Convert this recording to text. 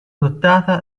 adottata